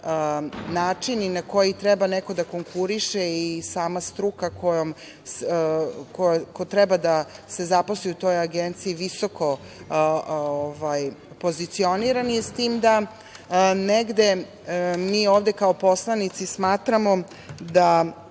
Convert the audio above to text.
načini na koje treba neko da konkuriše i sama struka ko treba da se zaposli u toj Agenciji visoko pozicionirani, s tim da negde mi ovde kao poslanici smatramo da